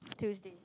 Tuesday